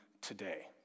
today